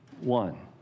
one